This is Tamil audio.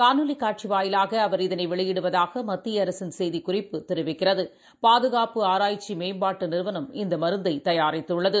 காணொலிகாட்சிவாயிலாகஅவா் இதனைவெளியிடுவதாகமத்திய அரசின் செய்திக்குறிப்பு தெரிவிக்கிறது பாதுகாப்பு ஆராய்ச்சிமேம்பாட்டுநிறுவனம் இந்தமருந்துதயாரித்துள்ளது